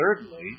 Thirdly